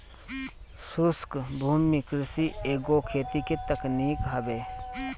शुष्क भूमि कृषि एगो खेती के तकनीक हवे